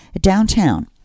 downtown